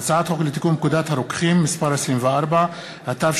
ביום האם